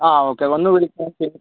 ആ ഓക്കേ വന്നു വിളിച്ചാൽ മതി